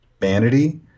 vanity